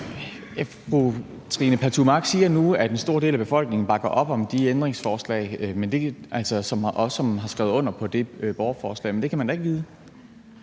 Fru Trine Pertou Mach siger nu, at en stor del af befolkningen bakker op om de ændringsforslag, også af dem, som har skrevet under på det borgerforslag. Men det kan man da ikke vide.